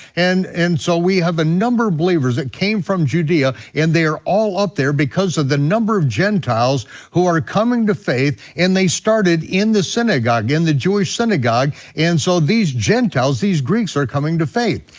and and so we have a number of believers that came from judea and they are all up there because of the number of gentiles who are coming to faith, and they started in the synagogue, in the jewish synagogue, and so these gentiles, these greeks are coming to faith.